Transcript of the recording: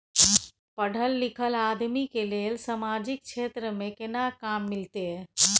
पढल लीखल आदमी के लेल सामाजिक क्षेत्र में केना काम मिलते?